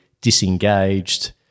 disengaged